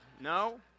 No